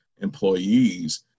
employees